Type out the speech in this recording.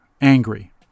angry